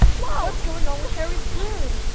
what's going on with harry's broom?